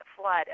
flood